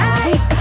eyes